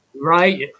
right